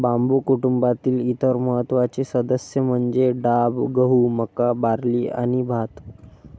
बांबू कुटुंबातील इतर महत्त्वाचे सदस्य म्हणजे डाब, गहू, मका, बार्ली आणि भात